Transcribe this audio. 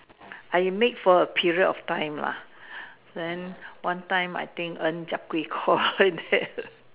I make for a period of time lah then one time I think earn zhap gui kor like that